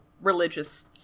religious